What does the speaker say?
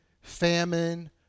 famine